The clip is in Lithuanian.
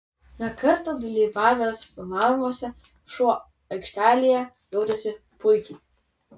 ne kartą dalyvavęs filmavimuose šuo aikštelėje jautėsi puikiai